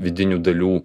vidinių dalių